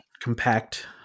compact